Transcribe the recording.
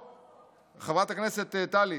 חברת הכנסת טלי,